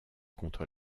contre